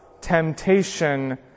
temptation